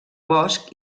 bosc